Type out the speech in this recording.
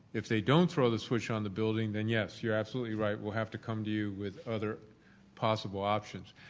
if they don't throw the switch on the building, then yes. you are absolutely right. we'll have to come to you with other possible options.